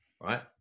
Right